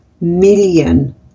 million